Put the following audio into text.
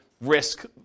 risk